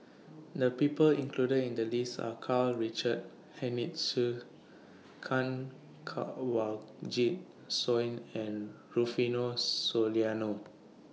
The People included in The list Are Karl Richard Hanitsch Kanwaljit Soin and Rufino Soliano